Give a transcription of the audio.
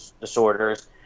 disorders